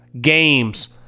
Games